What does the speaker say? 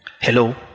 hello